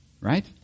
Right